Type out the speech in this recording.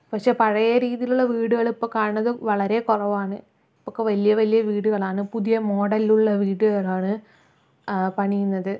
പക്ഷേ പഴയ രീതിയിലുള്ള വീടുകൾ ഇപ്പോൾ കാണണത് വളരെ കുറവാണ് ഇപ്പോൾ ഒക്കെ വലിയ വലിയ വീടുകളാണ് പുതിയ മോഡലിലുള്ള വീടുകളാണ് പണിയുന്നത്